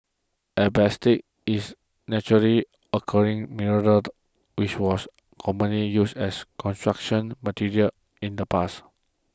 asbestos is naturally occurring mineral which was commonly used as Construction Material in the past